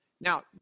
Now